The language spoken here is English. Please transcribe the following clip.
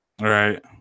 Right